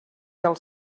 del